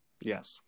Yes